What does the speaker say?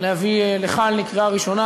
להביא לכאן לקריאה ראשונה,